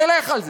נלך על זה.